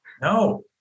No